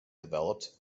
developed